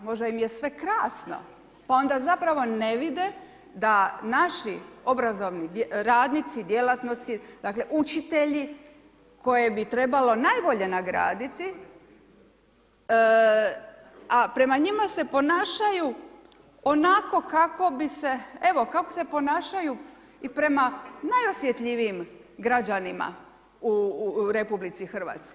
Možda im je sve krasno pa onda zapravo ne vide da naši obrazovni radnici, djelatnici, dakle učitelji koje bi trebalo najbolje nagraditi a prema njima se ponašaju onako kako bi se, evo kako se ponašaju i prema najosjetljivijim građanima u RH.